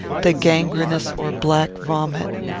the gangrenous or black vomit.